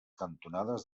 cantonades